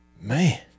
Man